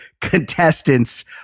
contestants